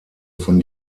von